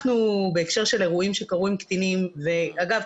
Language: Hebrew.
אנחנו בהקשר של אירועים שקרו עם קטינים אגב,